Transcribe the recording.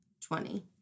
twenty